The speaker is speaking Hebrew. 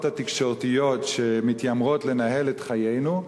התקשורתיות שמתיימרות לנהל את חיינו,